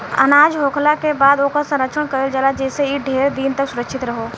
अनाज होखला के बाद ओकर संरक्षण कईल जाला जेइसे इ ढेर दिन तक सुरक्षित रहो